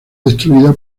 destruida